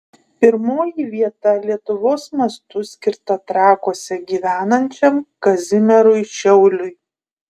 pirmoji vieta lietuvos mastu skirta trakuose gyvenančiam kazimierui šiauliui